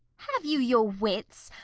have you your wits?